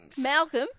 Malcolm